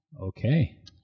Okay